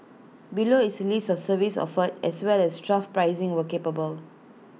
below is A list of services offered as well as trough pricing where capable